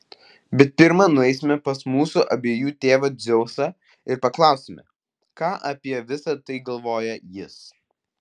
bet pirma nueisime pas mūsų abiejų tėvą dzeusą ir paklausime ką apie visa tai galvoja jis